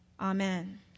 Amen